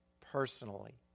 personally